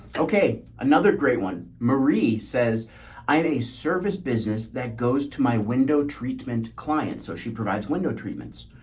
okay. another great one. marie says i have a service business that goes to my window treatment clients. so she provides window treatments,